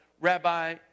Rabbi